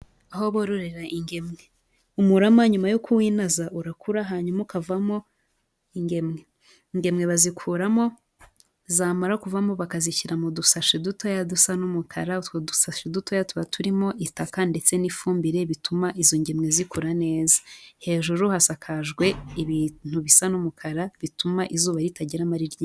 Aho bororera ingemwe, umurama nyuma yo kuwinaza urakura hanyuma ukavamo ingemwe, ingemwe bazikuramo zamara kuvamo bakazishyira mu dusashi dutoya dusa n'umukara, utwo dusashi dutoya tuba turimo itaka ndetse n'ifumbire bituma izi ngemwe zikura neza, hejuru hafakajwe ibintu bisa n'umukara bituma izuba ritageramo ari ryinshi.